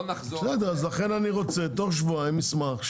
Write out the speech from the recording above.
לכן אני רוצה תוך שבועיים מסמך,